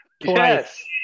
yes